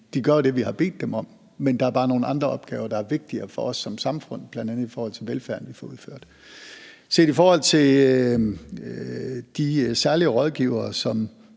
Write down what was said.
de gør jo det, vi har bedt dem om, men der er bare nogle andre opgaver, der er vigtigere for os som samfund, bl.a. i forhold til den velfærd, vi får udført. Set i forhold til de særlige rådgivere,